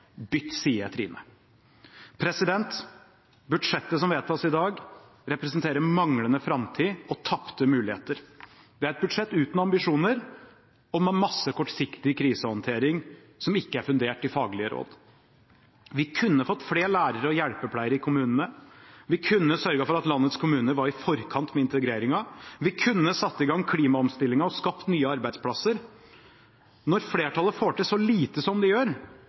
Bytt side, Trine. Budsjettet som vedtas i dag, representerer manglende framtid og tapte muligheter. Det er et budsjett uten ambisjoner, og med masse kortsiktig krisehåndtering, som ikke er fundert i faglige råd. Vi kunne fått flere lærere og hjelpepleiere i kommunene. Vi kunne sørget for at landets kommuner var i forkant med integreringen. Vi kunne satt i gang klimaomstillingen og skapt nye arbeidsplasser. Når flertallet får til så lite som de gjør,